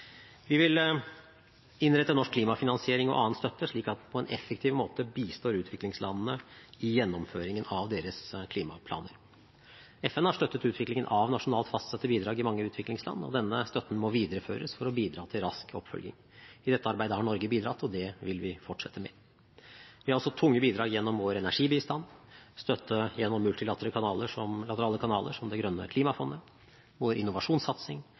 Vi vil innrette norsk klimafinansiering og annen støtte slik at den på en effektiv måte bistår utviklingslandene i gjennomføringen av deres klimaplaner. FN har støttet utviklingen av nasjonalt fastsatte bidrag i mange utviklingsland, og denne støtten må videreføres for å bidra til rask oppfølging. I dette arbeidet har Norge bidratt, og det vil vi fortsette med. Vi har også tunge bidrag gjennom vår energibistand, støtte gjennom multilaterale kanaler som Det grønne klimafondet, vår innovasjonssatsing